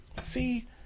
see